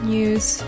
News